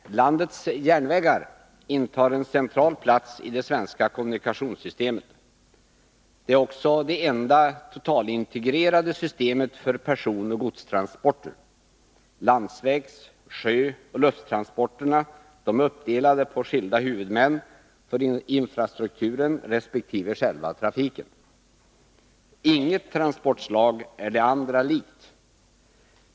Herr talman! Landets järnvägar intar en central plats i det svenska kommunikationssystemet. Det är också det enda totalintegrerade systemet för personoch godstransporter. Landsvägs-, sjöoch lufttransporterna är uppdelade på skilda huvudmän för infrastrukturen resp. själva trafiken. Inget transportslag är det andra likt.